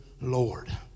Lord